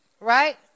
right